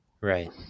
Right